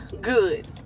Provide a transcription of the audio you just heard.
good